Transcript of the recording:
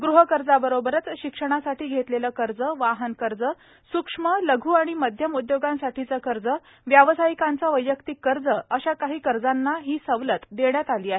गृह कर्जाबरोबरच शिक्षणासाठी घेतलेलं कर्ज वाहन कर्ज सूक्ष्म लघु आणि मध्यम उद्योगांसाठीचं कर्ज व्यावसायिकांचं वैयक्तिक कर्ज अशा काही कर्जांना ही सवलत देण्यात आली आहे